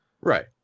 right